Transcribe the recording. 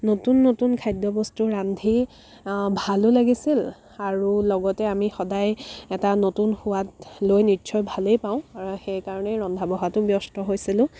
নতুন নতুন খাদ্যবস্তু ৰান্ধি ভালো লাগিছিল আৰু লগতে আমি সদায় এটা নতুন সোৱাদ লৈ নিশ্চয় ভালেই পাওঁ আৰু সেই কাৰণে ৰন্ধা বঢ়াতো ব্যস্ত হৈছিলোঁ